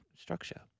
structure